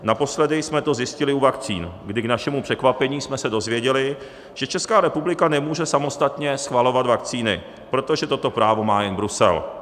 Naposledy jsme to zjistili u vakcín, kdy k našemu překvapení jsme se dozvěděli, že Česká republika nemůže samostatně schvalovat vakcíny, protože toto právo má jen Brusel.